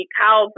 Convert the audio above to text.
cow